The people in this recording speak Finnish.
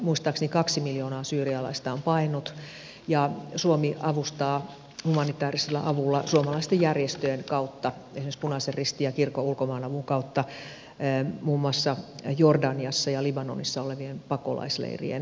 muistaakseni kaksi miljoonaa syyrialaista on paennut ja suomi avustaa humanitaarisella avulla suomalaisten järjestöjen kautta esimerkiksi punaisen ristin ja kirkon ulkomaanavun kautta muun muassa jordaniassa ja libanonissa olevien pakolaisleirien syyrialaisia